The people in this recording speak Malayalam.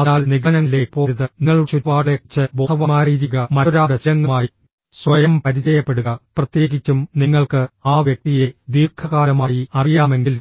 അതിനാൽ നിഗമനങ്ങളിലേക്ക് പോകരുത് നിങ്ങളുടെ ചുറ്റുപാടുകളെക്കുറിച്ച് ബോധവാന്മാരായിരിക്കുക മറ്റൊരാളുടെ ശീലങ്ങളുമായി സ്വയം പരിചയപ്പെടുക പ്രത്യേകിച്ചും നിങ്ങൾക്ക് ആ വ്യക്തിയെ ദീർഘകാലമായി അറിയാമെങ്കിൽ